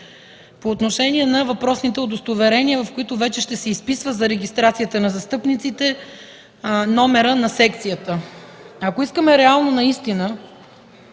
По отношение на въпросните удостоверения, в които вече ще се изписва за регистрацията на застъпниците, номера на секцията. Ако искаме наистина